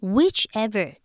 Whichever